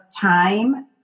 time